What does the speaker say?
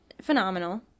phenomenal